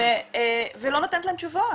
ולא נותנת להם תשובות?